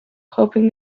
hoping